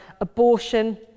abortion